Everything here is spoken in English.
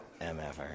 MFR